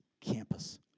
campus